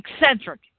eccentric